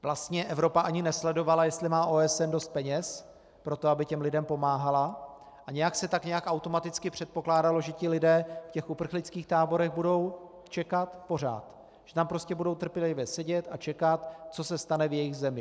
Vlastně Evropa ani nesledovala, jestli má OSN dost peněz pro to, aby těm lidem pomáhala, a nějak se tak automaticky předpokládalo, že ti lidé v těch uprchlických táborech budou čekat pořád, že tam prostě budou trpělivě sedět a čekat, co se stane v jejich zemi.